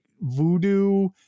voodoo